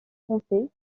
français